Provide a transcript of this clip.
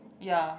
ya